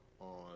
on